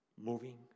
moving